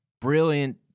brilliant